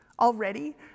Already